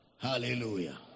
Hallelujah